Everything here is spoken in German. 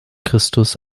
christus